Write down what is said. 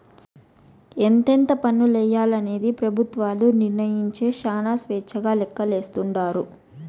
ఎంతెంత పన్నులెయ్యాలనేది పెబుత్వాలు నిర్మయించే శానా స్వేచ్చగా లెక్కలేస్తాండారు